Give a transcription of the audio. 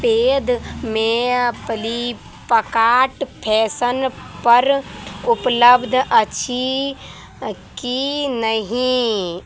पेडमे Flipkart फैशनपर उपलब्ध अछि की नहि